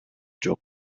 жок